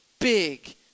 big